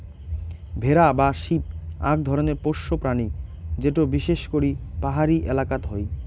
ভেড়া বা শিপ আক ধরণের পোষ্য প্রাণী যেটো বিশেষ করি পাহাড়ি এলাকাত হই